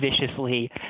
viciously